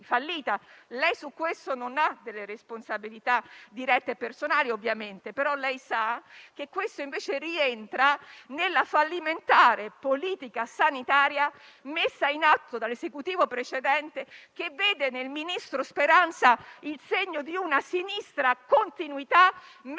Su questo lei non ha le responsabilità dirette e personali, ovviamente, ma sa che ciò rientra nella fallimentare politica sanitaria messa in atto dall'Esecutivo precedente, che vede nel ministro Speranza il segno di una sinistra continuità, mentre